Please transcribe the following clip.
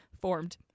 formed